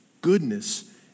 Goodness